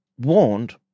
warned